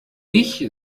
ich